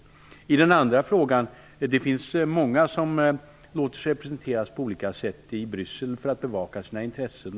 När det gäller följdfrågan vill jag säga att det finns många som låter sig representeras på olika sätt i Bryssel för att bevaka sina intressen.